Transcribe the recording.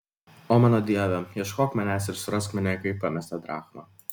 o mano dieve ieškok manęs ir surask mane kaip pamestą drachmą